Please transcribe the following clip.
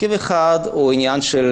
אחד הוא עניין של